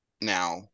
now